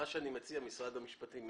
הלשכה המשפטית, משרד הבריאות.